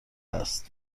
است